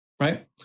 right